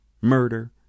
murder